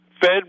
Fed